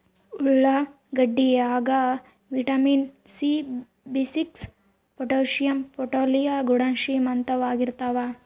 ಉಳ್ಳಾಗಡ್ಡಿ ಯಾಗ vitamin C B six potassium ಪೊಲಿಟ್ ಗುಣ ಶ್ರೀಮಂತವಾಗಿರ್ತಾವ